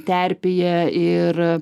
terpėje ir